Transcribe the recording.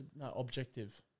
objective